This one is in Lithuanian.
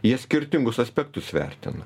jie skirtingus aspektus vertina